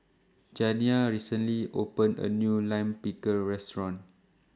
Janiyah recently opened A New Lime Pickle Restaurant